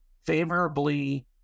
favorably